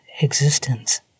existence